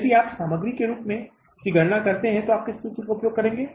यदि आप सामग्री के अनुपात के रूप में गणना करना चाहते हैं तो हम किस सूत्र का उपयोग करेंगे